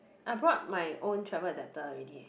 I brought my own travel adapter already